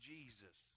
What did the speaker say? Jesus